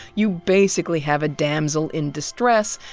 you basically have a damsel in distress,